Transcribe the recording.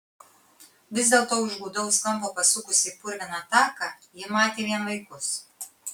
vis dėlto už gūdaus kampo pasukusi į purviną taką ji matė vien vaikus